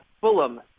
Fulham